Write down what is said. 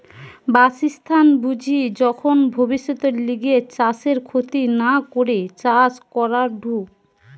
বাসস্থান বুঝি যখন ভব্যিষতের লিগে চাষের ক্ষতি না করে চাষ করাঢু